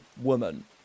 woman